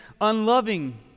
unloving